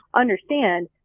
understand